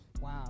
wow